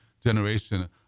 generation